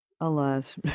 Alas